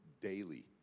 daily